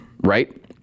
right